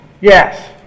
Yes